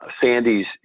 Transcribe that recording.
Sandy's